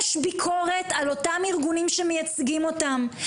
יש ביקורת על אותם ארגונים שמייצגים אותם,